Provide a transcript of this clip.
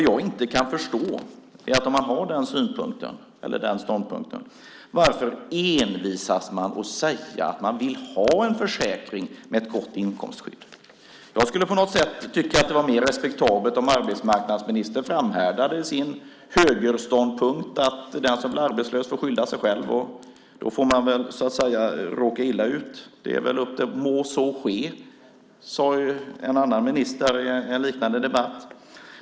Det jag inte förstår - om man har den ståndpunkten - är varför man envisas med att säga att man vill ha en försäkring med ett gott inkomstskydd. Jag skulle tycka att det var mer respektabelt om arbetsmarknadsministern framhärdar i sin högerståndpunkt att den som blir arbetslös får skylla sig själv. Då får man råka illa ut. Må så ske, sade en annan minister i en liknande debatt.